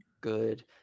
good